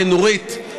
נורית,